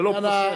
זה לא פוסל.